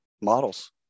models